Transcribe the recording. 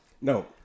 No